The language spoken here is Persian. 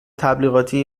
تبلیغاتی